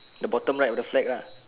the bottom right of the flag lah